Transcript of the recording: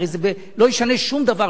הרי זה לא ישנה שום דבר,